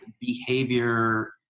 behavior